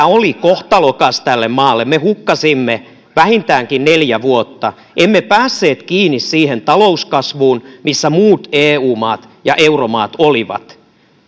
oli kohtalokas tälle maalle me hukkasimme vähintäänkin neljä vuotta emme päässeet kiinni siihen talouskasvuun missä muut eu maat ja euromaat olivat